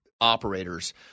operators